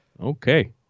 okay